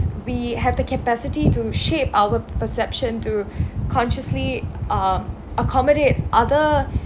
we have the capacity to shape our perception to consciously uh accommodate other